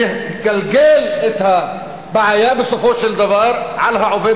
פה יש ניסיון לגלגל את הבעיה בסופו של דבר על העובד